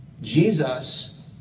Jesus